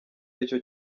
aricyo